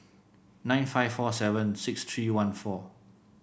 nine five four seven six three one four